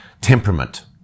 Temperament